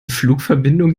flugverbindung